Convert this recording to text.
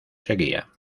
seguía